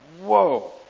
whoa